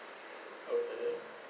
okay